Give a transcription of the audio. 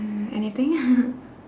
mm anything